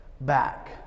back